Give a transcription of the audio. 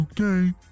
Okay